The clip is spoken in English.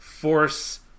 Force